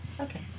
okay